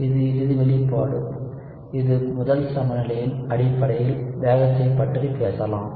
இது இறுதி வெளிப்பாடு இது முதல் சமநிலையின் அடிப்படையில் வேகத்தைப் பற்றி பேசலாம்